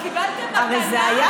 כשהתחילו החקירות,